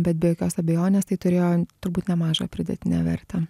bet be jokios abejonės tai turėjo turbūt nemažą pridėtinę vertę